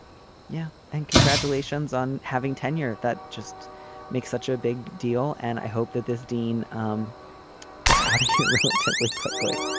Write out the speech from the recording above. yeah. and congratulations on having tenure. that just makes such a big deal. and i hope that this dean um is out of here relatively quickly